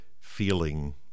feeling